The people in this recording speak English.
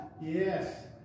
Yes